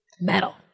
Metal